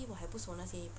我还不熟那些